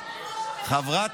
חברת,